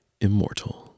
immortal